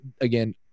again